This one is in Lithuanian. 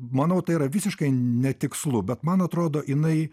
manau tai yra visiškai netikslu bet man atrodo jinai